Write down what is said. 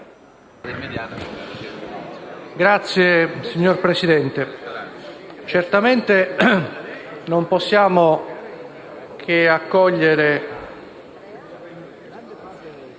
XVII)*. Signor Presidente, certamente non possiamo che accogliere